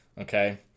Okay